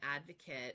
advocate